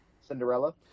Cinderella